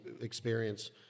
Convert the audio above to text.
experience